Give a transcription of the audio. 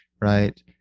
right